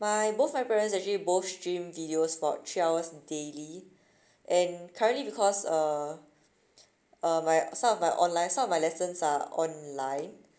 my both my parents actually both stream videos for three hours daily and currently because uh uh my some of my online some of my lessons are online